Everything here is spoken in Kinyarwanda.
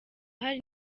hari